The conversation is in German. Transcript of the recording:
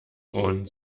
und